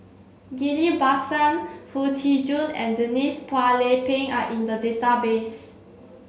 Ghillie Basan Foo Tee Jun and Denise Phua Lay Peng are in the database